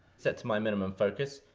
set to my minimum focus,